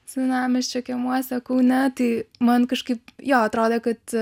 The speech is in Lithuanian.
senamiesčio kiemuose kaune tai man kažkaip jo atrodė kad